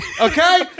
okay